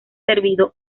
servido